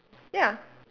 ya